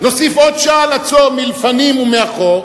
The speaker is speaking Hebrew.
נוסיף עוד שעה לצום מלפנים ומאחור,